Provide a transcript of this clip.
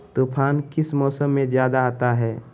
तूफ़ान किस मौसम में ज्यादा आता है?